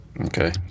Okay